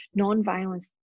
Nonviolence